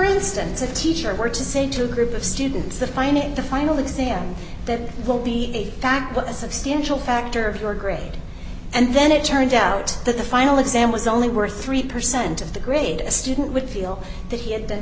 instance a teacher were to say to a group of students the finding the final exam that will be a fact but a substantial factor of your grade and then it turned out that the final exam was only worth three percent of the grade a student would feel that he had been